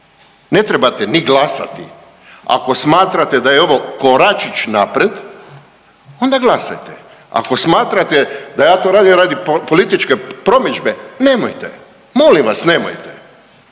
ne trebate ni glasati, ako smatrate da je ovo koračić naprijed onda glasajte, ako smatrate da ja to radim radi političke promidžbe nemojte. Molim vas nemojte,